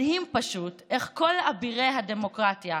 מדהים פשוט איך כל אבירי הדמוקרטיה,